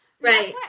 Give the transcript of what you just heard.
Right